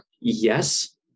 Yes